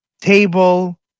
table